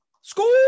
School